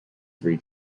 three